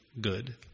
good